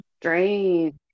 Strange